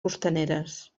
costaneres